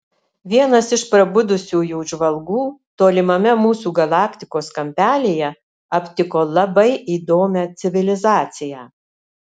vienas iš prabudusiųjų žvalgų tolimame mūsų galaktikos kampelyje aptiko labai įdomią civilizaciją